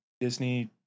Disney